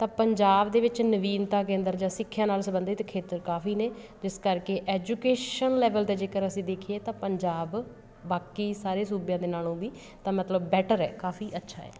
ਤਾਂ ਪੰਜਾਬ ਦੇ ਵਿੱਚ ਨਵੀਨਤਾ ਕੇਂਦਰ ਜਾਂ ਸਿੱਖਿਆ ਨਾਲ਼ ਸੰਬੰਧਿਤ ਖੇਤਰ ਕਾਫ਼ੀ ਨੇ ਜਿਸ ਕਰਕੇ ਐਜੂਕੇਸ਼ਨ ਲੈਵਲ ਦਾ ਜੇਕਰ ਅਸੀਂ ਦੇਖੀਏ ਤਾਂ ਪੰਜਾਬ ਬਾਕੀ ਸਾਰੇ ਸੂਬਿਆਂ ਦੇ ਨਾਲ਼ੋਂ ਵੀ ਤਾਂ ਮਤਲਬ ਬੈਟਰ ਹੈ ਕਾਫ਼ੀ ਅੱਛਾ ਹੈ